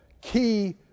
key